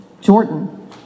Jordan